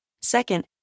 Second